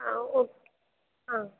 ஆ okay ஆ